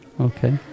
Okay